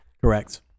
Correct